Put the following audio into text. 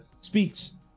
speaks